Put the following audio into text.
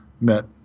met